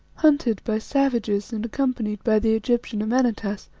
hunted by savages and accompanied by the egyptian amenartas,